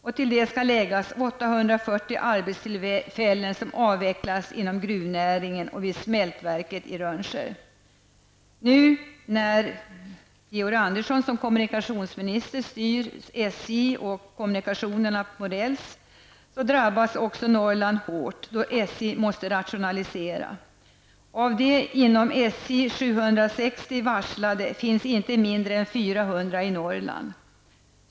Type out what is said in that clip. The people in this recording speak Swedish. Därtill skall läggas att 840 Nu när Georg Andersson som kommunikationsminister styr SJ och kommunikationerna på räls drabbas Norrland också hårt då SJ måste rationalisera. Av de ca 760 varslade inom SJ finns inte mindre än 400 i Norrland.